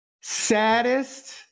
saddest